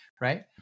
right